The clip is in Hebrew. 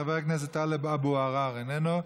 חבר הכנסת טלב אבו עראר, איננו.